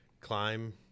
climb